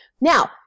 Now